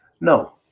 No